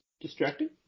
Distracting